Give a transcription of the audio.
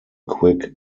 quick